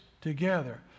together